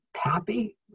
happy